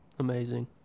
Amazing